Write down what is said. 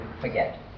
forget